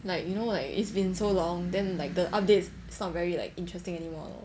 like you know like it's been so long then like the updates it's not like very interesting anymore